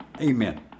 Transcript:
Amen